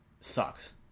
sucks